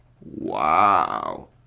Wow